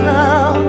now